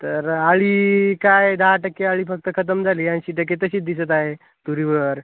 तर अळी काय दहा टक्के अळी फक्त खतम झाली ऐंशी टक्के तशीच दिसत आहे तुरीवर